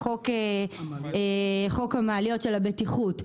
חוק המעליות של הבטיחות,